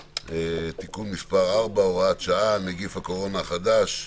(תיקון מס' 4 הוראת שעה) (נגיף הקורונה החדש)